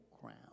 crown